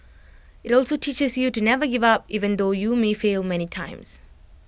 IT also teaches you to never give up even though you may fail many times